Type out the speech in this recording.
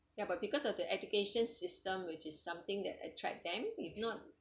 ya but because of the education system which is something that attract them if not